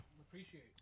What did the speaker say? appreciate